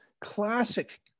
classic